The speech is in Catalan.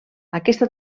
aquesta